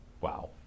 Wow